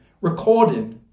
recorded